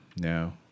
no